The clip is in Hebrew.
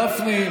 חבר הכנסת גפני,